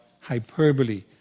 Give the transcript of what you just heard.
hyperbole